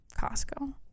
Costco